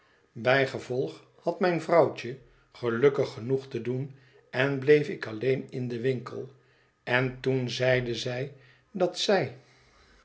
gevolg had mijn vrouwtje gelukkig genoeg te doen en bleef ik alleen in den winkel en toen zeide zij dat zij